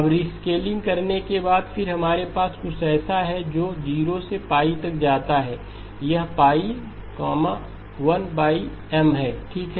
अब रीस्केलिंग करने के बाद फिर हमारे पास कुछ ऐसा है जो 0 से तक जाता है यह π 1 M है ठीक